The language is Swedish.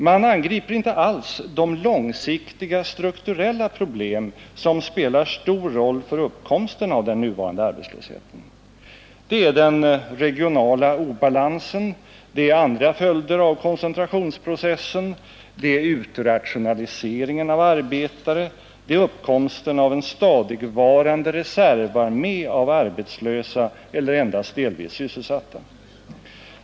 Man angriper inte alls de långsiktiga strukturella problem som spelar en stor roll för uppkomsten av den nuvarande arbetslösheten: den regionala obalansen, andra följder av koncentrationsprocessen, utrationaliseringen av arbetare, uppkomsten av en stadigvarande reservarmé av arbetslösa eller endast delvis sysselsatta.